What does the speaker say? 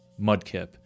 Mudkip